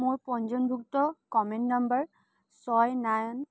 মোৰ পঞ্জীয়নভুক্ত comment number ছয় নাইন